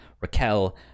Raquel